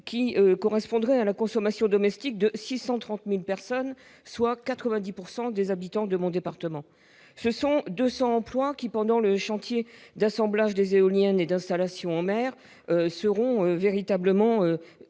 qui correspondrait à la consommation domestique de 630000 personnes, soit 90 pourcent des habitants de mon département, ce sont 200 emplois qui, pendant le chantier d'assemblage des éoliennes et d'installations en mer seront véritablement je